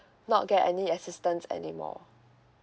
not get any assistance anymore